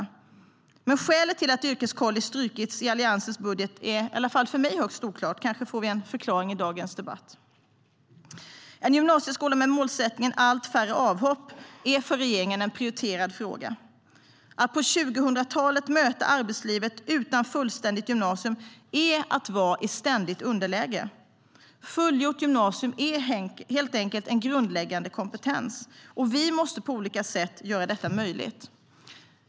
Skälet till att yrkescollege strukits i Alliansens budget är i alla fall för mig högst oklart. Kanske får vi en förklaring i dagens debatt. En gymnasieskola med målsättningen "allt färre avhopp" är för regeringen en prioriterad fråga. Att på 2000-talet möta arbetslivet utan fullständigt gymnasium är att vara i ständigt underläge. Fullgjort gymnasium är helt enkelt en grundläggande kompetens. Vi måste på olika sätt göra detta möjligt.